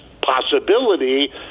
possibility